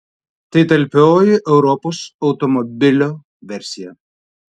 tai talpioji europos automobilio versija